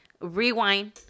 Rewind